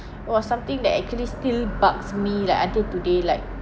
it was something that actually still bugs me like until today like